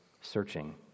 searching